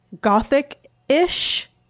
gothic-ish